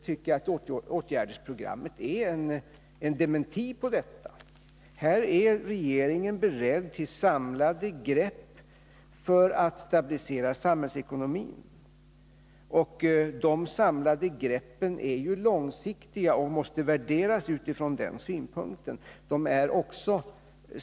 Regeringen har i programmet visat att den är beredd till samlade grepp för att stabilisera samhällsekonomin, och de samlade greppen är ju långsiktiga och måste värderas utifrån den synpunkten.